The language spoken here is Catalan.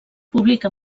publica